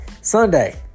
Sunday